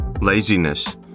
laziness